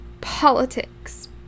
politics